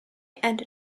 and